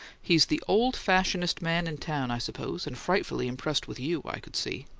he's the old-fashionedest man in town, i suppose and frightfully impressed with you, i could see!